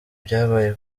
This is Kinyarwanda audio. byabaye